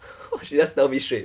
!wah! she just tell me straight